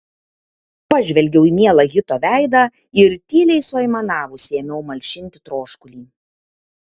pažvelgiau į mielą hito veidą ir tyliai suaimanavusi ėmiau malšinti troškulį